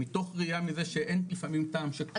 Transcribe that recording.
מתוך ראייה מזה, שאין לפעמים טעם שכל אחד ישקיע.